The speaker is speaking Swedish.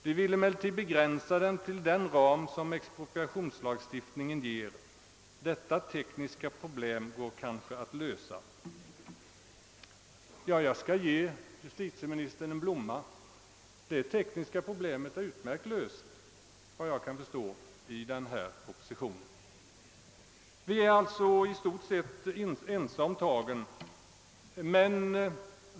De vill emellertid begränsa den till den ram som expropriationslagstiftningen ger. Detta tekniska problem går kanske att lösa.» Jag skall ge justitieministern en blomma: Detta tekniska problem är efter vad jag kan förstå bra löst i propositionen. Vi är alltså i stort sett ense om tagen.